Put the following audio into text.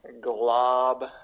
Glob